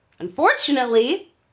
Unfortunately